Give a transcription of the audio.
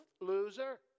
Loser